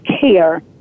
care